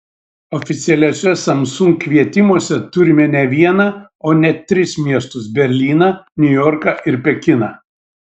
oficialiuose samsung kvietimuose turime ne vieną o net tris miestus berlyną niujorką ir pekiną